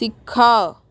ଶିଖ